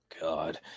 God